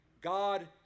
God